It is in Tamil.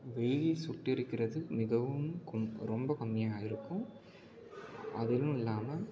வெயில் சுட்டெரிக்கிறது மிகவும் கொம் ரொம்ப கம்மியாக இருக்கும் அதுவும் இல்லாமல்